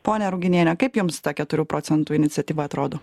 ponia ruginiene kaip jums ta keturių procentų iniciatyva atrodo